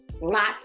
Lots